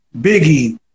Biggie